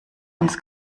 uns